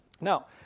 now